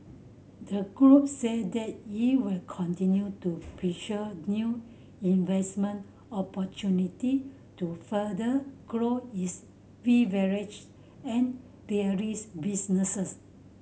the group said that it will continue to pursue new investment opportunity to further grow its beverage and dairies businesses